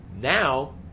Now